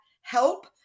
help